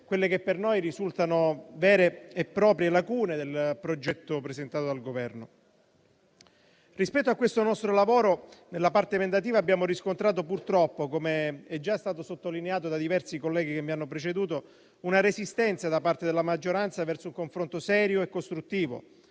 quelle che per noi risultano vere e proprie lacune del progetto presentato dal Governo. Rispetto a questo nostro lavoro, nella parte emendativa abbiamo riscontrato, purtroppo - come è già stato sottolineato da diversi colleghi che mi hanno preceduto - una resistenza da parte della maggioranza verso un confronto serio e costruttivo,